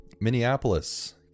minneapolis